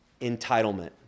Entitlement